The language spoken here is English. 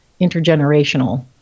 intergenerational